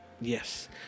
Yes